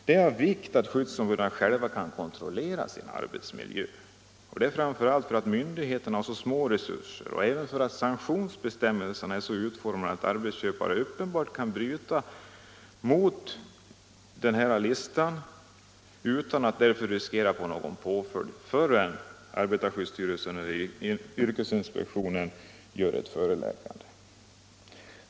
Det är av vikt att skyddsombuden själva kan kontrollera sin arbetsmiljö, framför allt på grund av att myndigheterna har för små resurser men även därför att sanktionsbestämmelserna är så utformade att en arbetsköpare uppenbart kan bryta mot en anvisning, t.ex. gränsvärdeslistan, utan att därför riskera någon påföljd förrän arbetarskyddsstyrelsen eller yrkesinspektionen gör ett föreläggande.